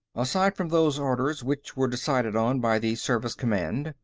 aside from those orders, which were decided on by the service command,